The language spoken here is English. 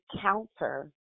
counter